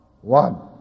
One